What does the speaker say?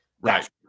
right